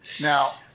Now